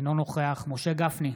אינו נוכח משה גפני,